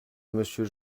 monsieur